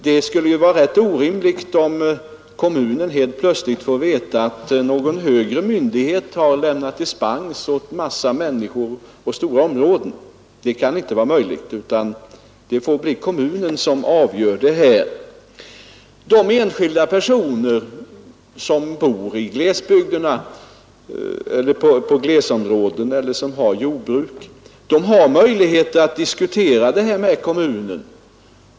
Det skulle vara rätt orimligt om kommunen helt plötsligt fick veta att någon högre myndighet hade lämnat dispens åt en mängd människor eller åt stora områden. Det kan inte vara rimligt, utan kommunen måste få handlägga detta. De enskilda personer som bor i glesbygdsområden eller som har jordbruk har möjlighet att diskutera dessa frågor med kommunen.